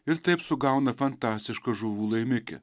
ir taip sugauna fantastišką žuvų laimikį